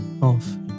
off